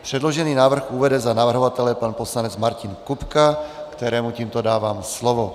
Předložený návrh uvede za navrhovatele pan poslanec Martin Kupka, kterému tímto dávám slovo.